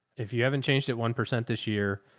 if you haven't changed it one percent this year,